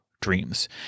dreams